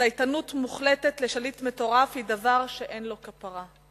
צייתנות מוחלטת לשליט מטורף היא דבר שאין לו כפרה.